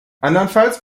andernfalls